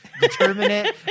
determinate